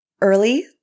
early